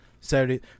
Saturday